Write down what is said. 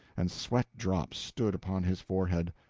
and sweat-drops stood upon his forehead.